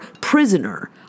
prisoner